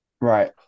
Right